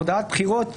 מודעת בחירות תהיה: